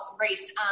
race